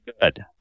good